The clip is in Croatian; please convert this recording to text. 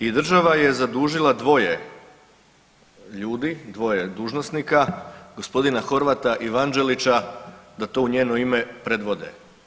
I država je zadužila dvoje ljudi, dvoje dužnosnika, gospodina Horvata i Vanđelića da to u njeno predvode.